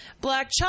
Black